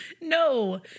No